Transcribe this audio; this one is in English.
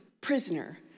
prisoner